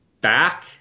back